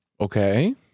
Okay